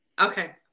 okay